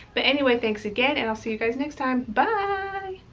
but anyway, thanks again. and i'll see you guys next time. bye.